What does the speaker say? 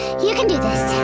you can do this. ah,